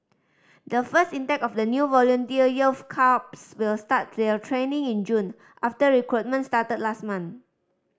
the first intake of the new volunteer youth corps will start their training in June after recruitment started last month